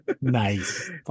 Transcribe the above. Nice